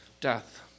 death